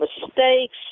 mistakes